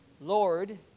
Lord